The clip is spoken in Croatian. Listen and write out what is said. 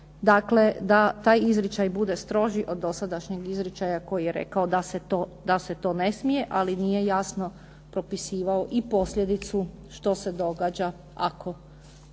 Dakle, da taj izričaj bude stroži od dosadašnjeg izričaja koji je rekao da se to ne smije, ali nije jasno propisivao i posljedicu što se događa ako